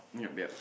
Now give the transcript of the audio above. yup yup